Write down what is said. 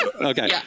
Okay